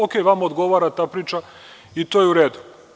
Okej, vama odgovara ta priča i to je u redu.